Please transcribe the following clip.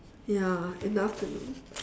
ya in the afternoon